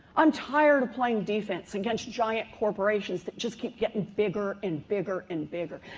i'm tired of playing defense against giant corporations that just keep getting bigger and bigger and bigger.